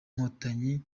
nkotanyi